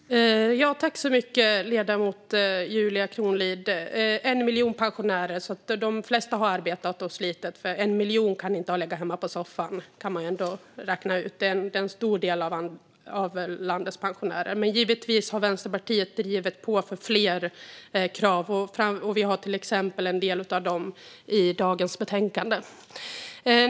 Herr talman! Tack så mycket, ledamoten Julia Kronlid! Det handlar om 1 miljon pensionärer. De flesta har arbetat och slitit. 1 miljon kan inte ha legat hemma på soffan. Det kan man ändå räkna ut. Det är en stor del av landets pensionärer. Givetvis har Vänsterpartiet drivit på för fler krav. Vi har till exempel en del av de förslagen i dagens betänkande.